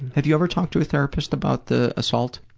have you ever talked to a therapist about the assault?